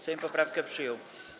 Sejm poprawkę przyjął.